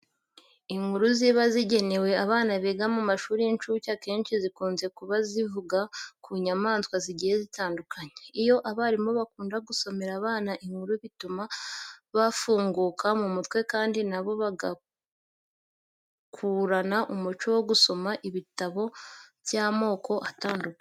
Inkuru ziba zigenewe abana biga mu mashuri y'incuke akenshi zikunze kuba zivuga ku nyamaswa zigiye zitandukanye. Iyo abarimu bakunda gusomera abana inkuru bituma bafunguka mu mutwe kandi na bo bagakurana umuco wo gusoma ibitabo by'amoko atandukanye.